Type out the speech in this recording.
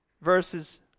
verses